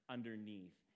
underneath